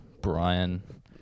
Brian